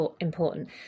important